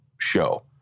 show